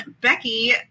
Becky